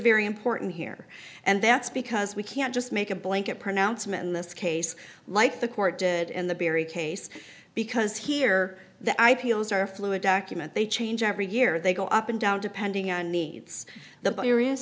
very important here and that's because we can't just make a blanket pronouncement in this case like the court did in the barry case because here the i p o s are a fluid document they change every year they go up and down depending on needs the beer is